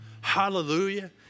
Hallelujah